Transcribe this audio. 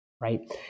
right